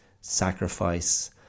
sacrifice